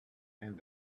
and